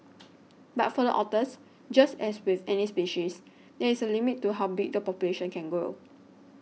but for the otters just as with any species there is a limit to how big the population can grow